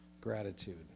gratitude